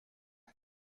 had